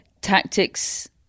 tactics